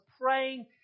praying